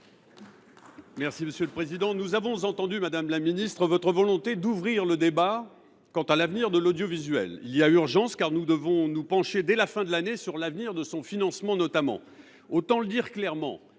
Hugonet, pour la réplique. Nous avons entendu, madame la ministre, votre volonté d’ouvrir le débat quant à l’avenir de l’audiovisuel. Il y a urgence, car nous devons notamment nous pencher dès la fin de l’année sur l’avenir de son financement. Autant le dire clairement,